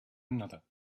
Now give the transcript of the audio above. another